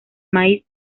maíz